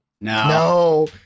No